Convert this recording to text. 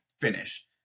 finish